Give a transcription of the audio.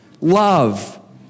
love